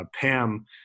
Pam